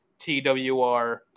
TWR